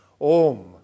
Om